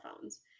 phones